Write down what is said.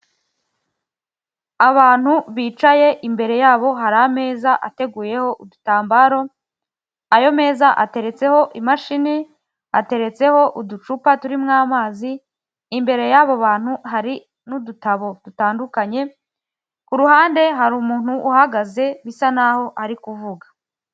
Abantu bicaye imbere yabo hari ameza ateguyeho udutambaro ayo meza ateretseho imashini, ateretseho uducupa turimo amazi imbere y'abo bantu hari n'udutabo dutandukanye ku ruhande hari umuntu uhagaze bisa naho ari kuvuga.